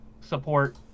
support